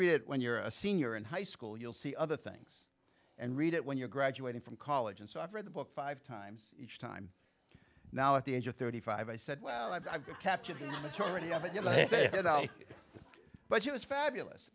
read it when you're a senior in high school you'll see other things and read it when you're graduating from college and so i've read the book five times each time now at the age of thirty five i said well i've got captured the majority of it you know they say but she was fabulous